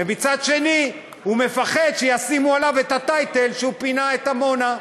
ומצד שני הוא מפחד שישימו עליו את הטייטל שהוא פינה את עמונה.